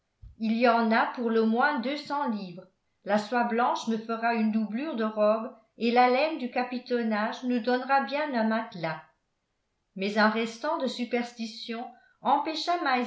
il y en a pour le moins deux cents livres la soie blanche me fera une doublure de robe et la laine du capitonnage nous donnera bien un matelas mais un restant de superstition empêcha